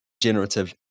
generative